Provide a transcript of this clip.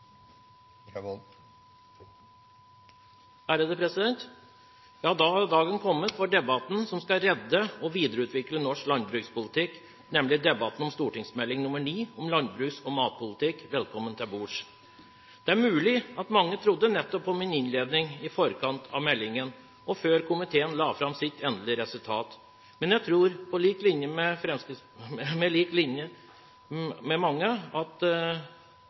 dagen for debatten som skal redde og videreutvikle norsk landbrukspolitikk, kommet, nemlig debatten om Meld. St. 9 Landbruks- og matpolitikken Velkommen til bords. Det er mulig at mange trodde på min innledning i forkant av meldingen og før komiteen hadde lagt fram sitt endelige resultat, men jeg tror – på lik linje med mange – at mange er skuffet. Til og med